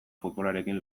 futbolarekin